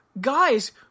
guys